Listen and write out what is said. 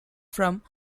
from